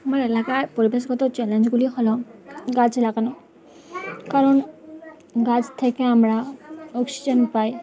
আমার এলাকার পরিবেশগত চ্যালেঞ্জগুলি হলো গাছ লাগানো কারণ গাছ থেকে আমরা অক্সিজেন পাই